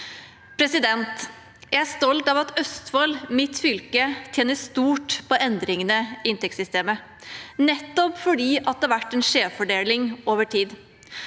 lærebøker. Jeg er stolt av at Østfold, mitt fylke, tjener stort på endringene i inntektssystemet, nettopp fordi det har vært en skjevfordeling over tid.